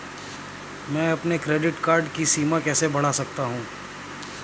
मैं अपने credit card की सीमा कैसे बढ़ा सकता हूँ?